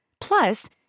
Plus